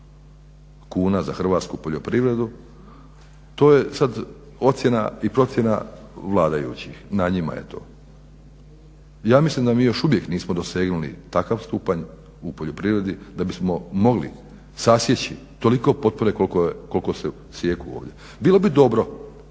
kuna za hrvatsku poljoprivredu. To je sad ocjena i procjena vladajućih, na njima je to. Ja mislim da mi još uvijek nismo dosegnuli takav stupanj u poljoprivredi da bismo mogli sasjeći toliko potpore koliko se sijeku ovdje. Bilo bi dobro